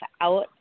out